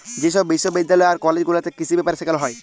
যে ছব বিশ্ববিদ্যালয় আর কলেজ গুলাতে কিসি ব্যাপারে সেখালে হ্যয়